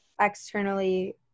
externally